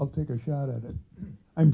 i'll take a shot at it i'm